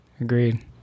agreed